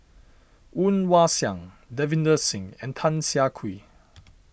Woon Wah Siang Davinder Singh and Tan Siah Kwee